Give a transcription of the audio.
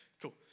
Cool